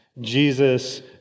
Jesus